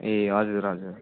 ए हजुर हजुर